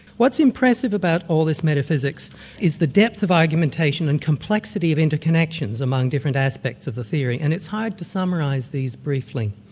what's impressive about all this metaphysics is the depth of argumentaiton and complexity of interconnections among different aspects of the theory, and it's hard to summarise these briefly.